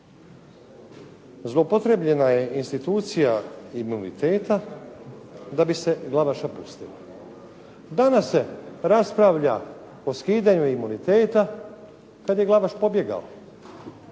Zloupotrijebljena je institucija imuniteta da bi se Glavaša pustilo. Danas se raspravlja o skidanju imuniteta kad je Glavaš pobjegao